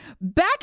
Back